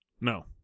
no